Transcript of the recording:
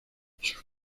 sus